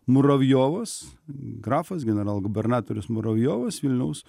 muravjovas grafas generalgubernatorius muravjovas vilniaus